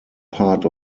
part